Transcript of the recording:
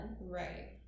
right